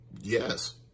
yes